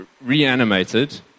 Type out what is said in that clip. reanimated